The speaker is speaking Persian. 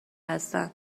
هستند